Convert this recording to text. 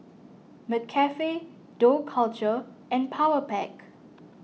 McCafe Dough Culture and Powerpac